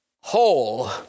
whole